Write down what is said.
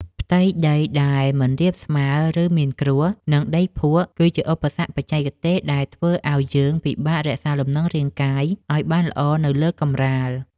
ផ្ទៃដីដែលមិនរាបស្មើ ឬមានគ្រួស និងដីភក់ គឺជាឧបសគ្គបច្ចេកទេសដែលធ្វើឱ្យយើងពិបាករក្សាលំនឹងរាងកាយឱ្យបានល្អនៅលើកម្រាល។